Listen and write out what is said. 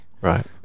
Right